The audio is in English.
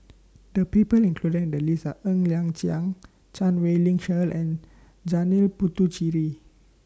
The People included in The list Are Ng Liang Chiang Chan Wei Ling Cheryl and Janil Puthucheary